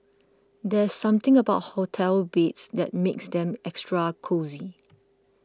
there's something about hotel beds that makes them extra cosy